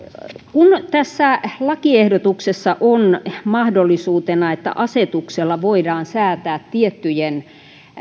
kun tässä lakiehdotuksessa on mahdollisuutena että asetuksella voidaan säätää tiettyjen